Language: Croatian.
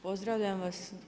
Pozdravljam vas.